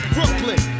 Brooklyn